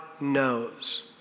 knows